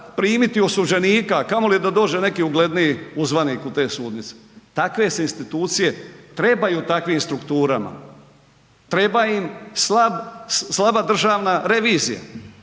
primiti osuđenika a kamoli da dođe neki ugledniji uzvanik u te sudnice. Takve se institucije trebaju takvim strukturama. Treba im slaba Državna revizija,